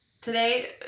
today